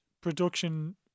production